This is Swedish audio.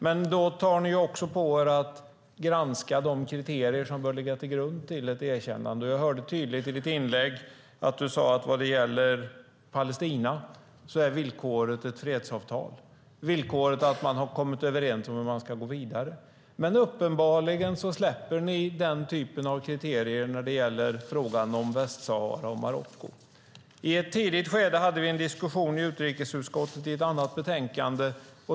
Men då tar ni ju också på er att granska de kriterier som bör ligga till grund för ett erkännande. Jag hörde tydligt i ditt inlägg att du sade att vad gäller Palestina är villkoret ett fredsavtal. Villkoret är att man har kommit överens om hur man ska gå vidare. Uppenbarligen släpper ni den typen av kriterier när det gäller frågan om Västsahara och Marocko. I ett tidigt skede hade vi en diskussion i utrikesutskottet om ett annat betänkande.